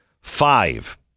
Five